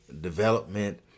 development